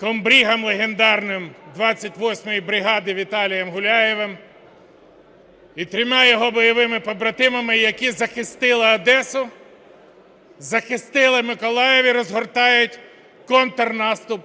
комбригом легендарним 28-ї бригади Віталієм Гуляєвим і трьома його бойовими побратимами, які захистили Одесу, захистили Миколаїв і розгортають контрнаступ